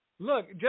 Look